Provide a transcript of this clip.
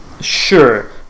Sure